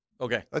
Okay